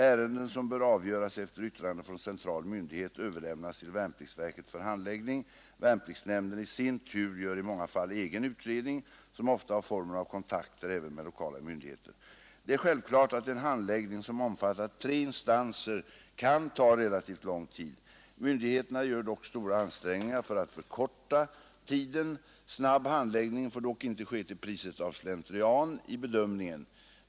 Ärenden som bör avgöras efter yttrande från central myndighet överlämnas till värnpliktsverket för handläggning. Värnpliktsnämnden i sin tur gör i många fall egen utredning, som ofta har formen av kontakter även med lokala myndigheter. Det är självklart att en handläggning som omfattar tre instanser kan ta relativt lång tid. Myndigheterna gör dock stora ansträngningar för att förkorta tiden. Snabb handläggning får dock inte ske till priset av slentrian i bedömningen.